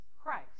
Christ